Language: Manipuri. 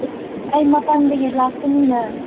ꯑꯩ ꯃꯄꯥꯟꯗꯒꯤ ꯂꯥꯛꯄꯅꯤꯅ